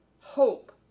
hope